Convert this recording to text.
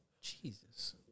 Jesus